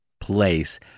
place